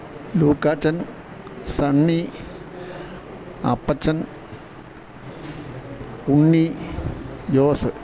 Lukachan Sunny Appachan Unni Jose